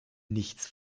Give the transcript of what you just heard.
nichts